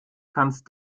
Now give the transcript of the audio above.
kannst